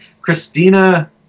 Christina